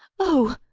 oh!